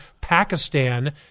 Pakistan